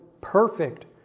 perfect